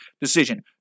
decision